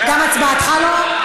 גם הצבעתך לא?